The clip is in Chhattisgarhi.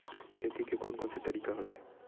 खेती के कोन कोन से तरीका होथे?